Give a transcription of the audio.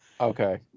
okay